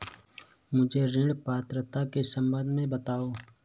मुझे ऋण पात्रता के सम्बन्ध में बताओ?